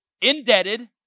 indebted